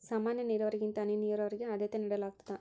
ಸಾಮಾನ್ಯ ನೇರಾವರಿಗಿಂತ ಹನಿ ನೇರಾವರಿಗೆ ಆದ್ಯತೆ ನೇಡಲಾಗ್ತದ